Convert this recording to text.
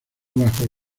bajo